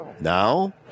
Now